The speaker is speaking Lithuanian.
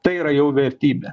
tai yra jau vertybė